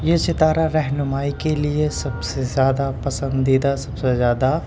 یہ ستارہ رہنمائی کے لیے سب سے زیادہ پسندیدہ سب سے زیادہ